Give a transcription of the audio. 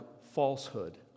falsehood